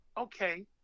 okay